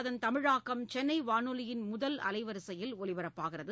அதன் தமிழாக்கம் சென்னை வானொலியின் முதல் அலைவரிசையில் ஒலிபரப்பாகிறது